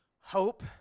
Hope